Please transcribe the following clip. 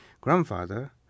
grandfather